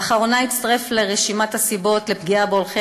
לאחרונה הצטרף לרשימת הסיבות לפגיעה בהולכי